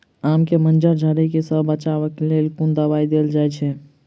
आम केँ मंजर झरके सऽ बचाब केँ लेल केँ कुन दवाई देल जाएँ छैय?